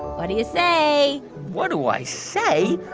what do you say? what do i say?